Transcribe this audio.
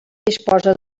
disposa